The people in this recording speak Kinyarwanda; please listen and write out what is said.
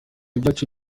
ibyacu